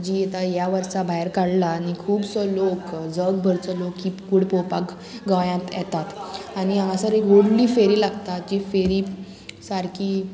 जी आतां ह्या वर्सा भायर काडला आनी खुबसो लोक जगभरचो लोक ही कूड पळोवपाक गोंयांत येतात आनी हांगासर एक व्हडली फेरी लागता जी फेरी सारकी